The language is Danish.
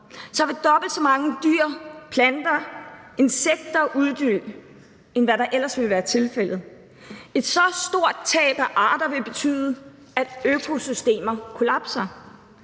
så vil dobbelt så mange dyr, planter og insekter uddø, end hvad der ellers ville være tilfældet. Et så stort tab af arter vil betyde, at økosystemer kollapser,